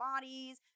bodies